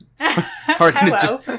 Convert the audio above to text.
Hello